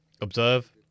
Observe